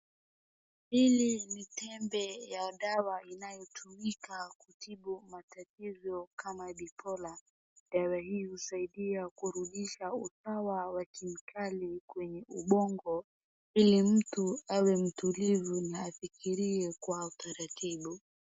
Ili ni tembe ya dawa inayotumika kutibu matatizo kama bipola, dawa hii husaidia kurudisha usawa wa kemikali kwenye ubongo ili mtu awe mtulivu na afikirie kwa utaratibu.